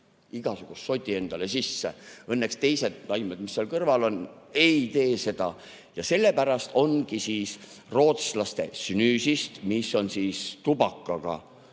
igasugust sodi endale sisse. Õnneks teised taimed, mis seal kõrval on, ei tee seda. Sellepärast ongi rootslastesnus'ist, mis on tubakaga